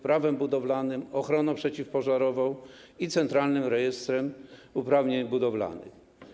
Prawem budowlanym, ochroną przeciwpożarową i centralnym rejestrem uprawnień budowlanych.